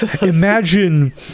Imagine